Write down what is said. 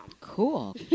Cool